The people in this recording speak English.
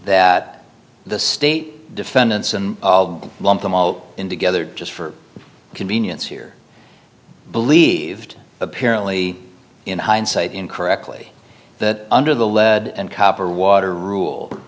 state defendants and lump them all in together just for convenience here believed apparently in hindsight in correctly that under the lead and copper water rule